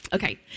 Okay